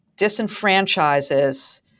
disenfranchises